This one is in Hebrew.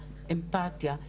אמפתיה,